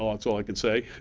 that's all i can say.